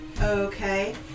Okay